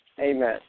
Amen